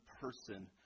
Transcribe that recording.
person